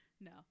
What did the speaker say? no